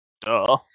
duh